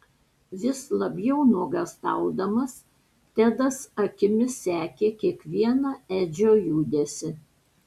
vis labiau nuogąstaudamas tedas akimis sekė kiekvieną edžio judesį